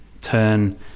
turn